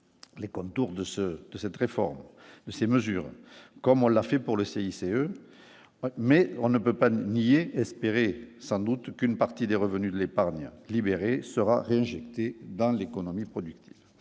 les contours de ce de cette réforme, ces mesures comme on l'a fait pour le CICE, mais on ne peut pas ne niez espérer sans doute qu'une partie des revenus de l'épargne libéré sera réinjecté dans l'économie productive,